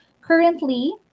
Currently